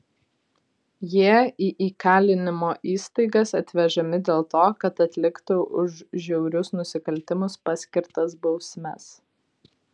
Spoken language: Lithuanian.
jie į įkalinimo įstaigas atvežami dėl to kad atliktų už žiaurius nusikaltimus paskirtas bausmes